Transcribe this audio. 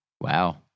Wow